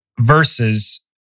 versus